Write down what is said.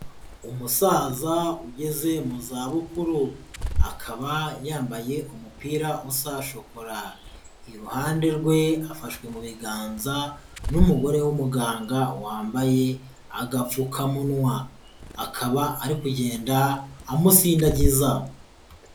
Umusaza ugeze mu zabukuru, akaba yambaye umupira usa shokora, iruhande rwe afashwe mu biganza n'umugore w'umuganga wambaye agapfukamunwa, akaba ari kugenda amusindagiza.